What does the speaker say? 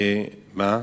לא קונגרס,